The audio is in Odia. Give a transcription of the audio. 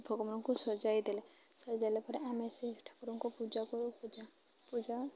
ଭଗବାନଙ୍କୁ ସଜାଇ ଦେଲେ ସଜାଇଲା ପରେ ଆମେ ସେଇ ଠାକୁରଙ୍କୁ ପୂଜା କରୁ ପୂଜା ପୂଜା